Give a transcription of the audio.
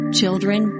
children